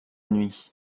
nuit